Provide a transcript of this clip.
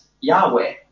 Yahweh